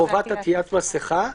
חובת עטיית מסכה.